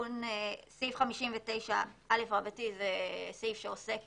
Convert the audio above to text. תיקון 59א זה סעיף שעוסק